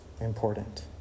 important